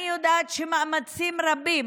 אני יודעת שמאמצים רבים